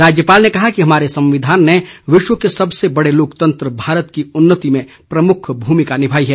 राज्यपाल ने कहा कि हमारे संविधान ने विश्व के सबसे बड़े लोकतंत्र भारत की उन्नति में प्रमुख भूमिका निभाई है